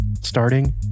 Starting